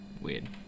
Weird